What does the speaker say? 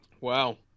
Wow